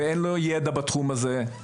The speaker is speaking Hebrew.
ואין לו ידע בתחום הזה.